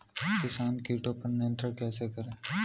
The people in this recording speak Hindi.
किसान कीटो पर नियंत्रण कैसे करें?